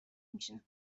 میشم